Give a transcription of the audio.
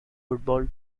football